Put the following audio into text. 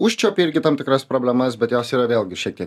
užčiuopi irgi tam tikras problemas bet jos yra vėlgi šiek tiek